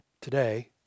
today